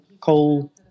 coal